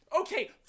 Okay